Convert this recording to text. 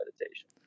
meditation